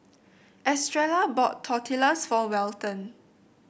Estrella bought Tortillas for Welton